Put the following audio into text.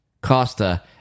Costa